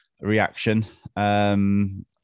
reaction